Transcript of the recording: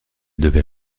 devait